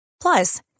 Plus